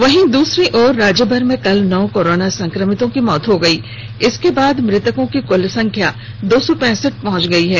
वहीं दूसरी ओर राज्यभर में कल नौ कोरोना संक्रमितों की मौत हो गई जिसके बाद मृतकों की कुल संख्या दो सौ पैंसठ पहुंच गई है